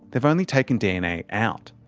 they've only taken dna out.